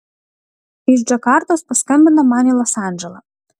iš džakartos paskambino man į los andželą